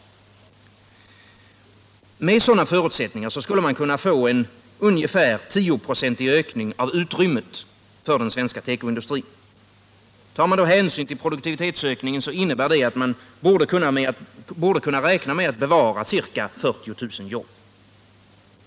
Med sådana förutsättningar skulle man kunna få en ungefär 10-procentig ökning av utrymmet för den svenska tekoindustrin. Tar man hänsyn till produktivitetsökningen, innebär detta att man borde kunna räkna med att bevara ca 40 000 jobb.